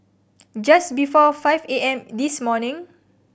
just before five A M this morning